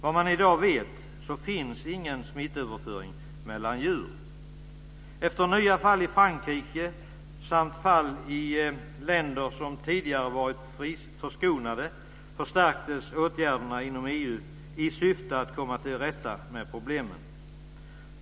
Vad man i dag vet så finns det ingen smittöverföring mellan djur. Efter nya fall i Frankrike samt fall i länder som tidigare var förskonade förstärktes åtgärderna inom EU i syfte att komma till rätta med problemen.